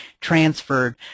transferred